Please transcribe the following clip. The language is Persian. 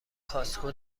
کاسکو